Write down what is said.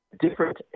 different